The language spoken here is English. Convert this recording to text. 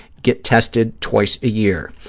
get tested twice a year.